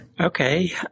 Okay